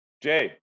Jay